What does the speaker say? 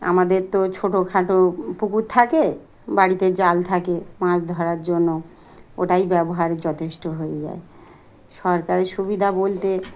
আমাদের তো ছোটোখাটো পুকুর থাকে বাড়িতে জাল থাকে মাছ ধরার জন্য ওটাই ব্যবহার যথেষ্ট হয়ে যায় সরকারের সুবিধা বলতে